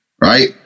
right